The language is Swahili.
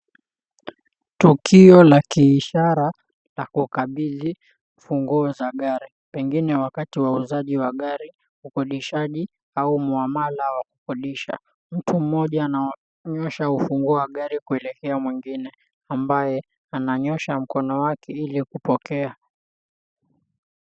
Tukio la kiishara la kukabidhi funguo za gari, pengine wakati wa uuzaji wa gari, ukodishaji au muamala wa kukodisha. Mtu mmoja ananyoosha ufunguo wa gari kuelekea mwingine ambaye ananyoosha mkono wake ili kupokea.